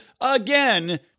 again